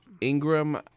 Ingram